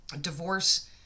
divorce